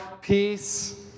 peace